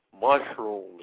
mushrooms